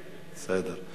בסדר.